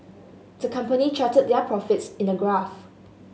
the company charted their profits in a graph